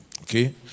Okay